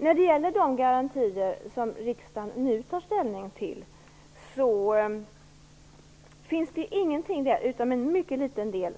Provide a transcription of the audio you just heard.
När det gäller de garantier som riksdagen nu tar ställning till finns det ingenting där utom en mycket liten del